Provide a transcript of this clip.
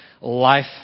life